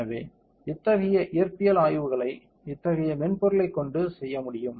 எனவே இத்தகைய இயற்பியல் ஆய்வுகளை இத்தகைய மென்பொருளைக் கொண்டு செய்ய முடியும்